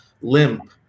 limp